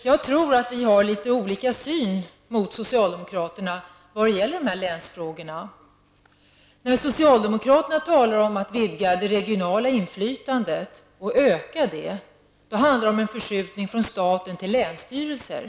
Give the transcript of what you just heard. Jag tror att vi har en syn som något avviker från socialdemokraternas i vad gäller länsfrågorna. När socialdemokraterna talar om att vidga det regionala inflytandet handlar det om en förskjutning från staten till länsstyrelser.